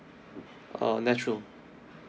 uh natural